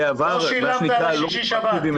לא שילמת על שישי-שבת.